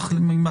להם התוקף.